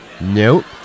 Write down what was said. Nope